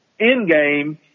Endgame